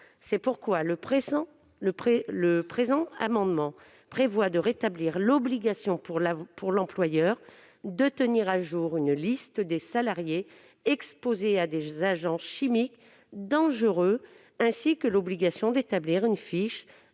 raison pour laquelle le présent amendement vise à rétablir l'obligation de l'employeur de tenir à jour une liste des salariés exposés à des agents chimiques dangereux, ainsi que l'obligation d'établir une fiche